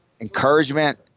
encouragement